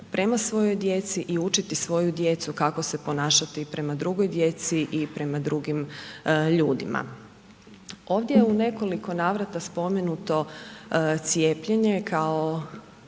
prema svojoj djeci i učiti svoju djecu kako se ponašati prema drugoj djeci i prema drugim ljudima. Ovdje u nekoliko navrata je spomenuto cijepljenje kao